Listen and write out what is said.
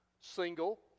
single